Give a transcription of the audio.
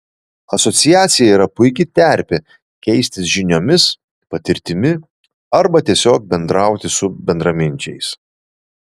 asociacija yra puiki terpė keistis žiniomis patirtimi arba tiesiog bendrauti su bendraminčiais